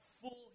full